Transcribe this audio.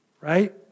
right